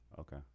okay